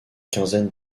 quinzaine